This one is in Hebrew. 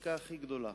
בשחיקה הכי גדולה,